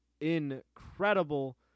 incredible